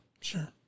Sure